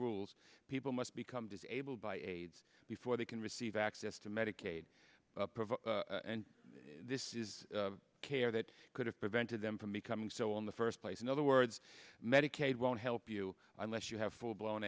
rules people must become disabled by aids before they can receive access to medicaid provide and this is care that could have prevented them from becoming so on the first place in other words medicaid won't help you unless you have full blown